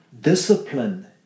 discipline